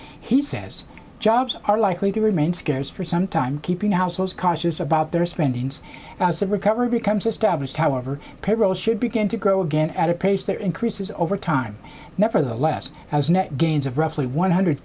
he says jobs are likely to remain scarce for some time keeping households cautious about their spendings as the recovery becomes established however payrolls should begin to grow again at a pace that increases over time nevertheless as net gains of roughly one hundred